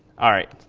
all right,